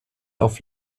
auf